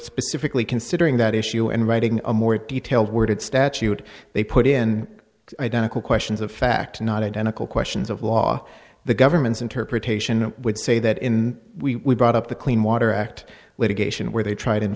specifically considering that issue and writing a more detailed worded statute they put in identical questions of fact not identical questions of law the government's interpretation would say that in we brought up the clean water act litigation where they tried and